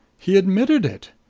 he admitted it!